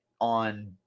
on